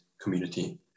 community